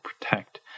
protect